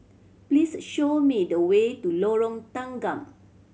please show me the way to Lorong Tanggam